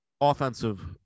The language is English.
offensive